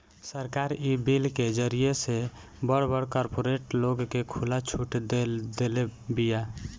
सरकार इ बिल के जरिए से बड़ बड़ कार्पोरेट लोग के खुला छुट देदेले बिया